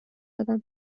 دادم